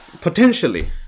potentially